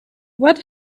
what